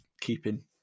keeping